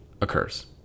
occurs